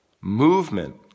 Movement